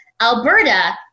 Alberta